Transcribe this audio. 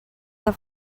the